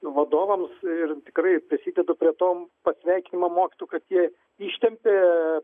vadovams ir tikrai prisidedu prie to pasveikinimo mokytojų kad jie ištempė